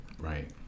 Right